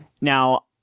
Now